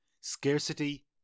Scarcity